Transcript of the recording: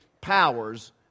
Powers